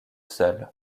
seul